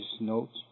notes